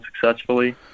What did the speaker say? successfully